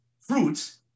fruits